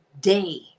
day